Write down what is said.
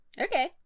Okay